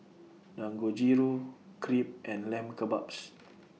Dangojiru Crepe and Lamb Kebabs